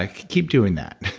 ah keep doing that.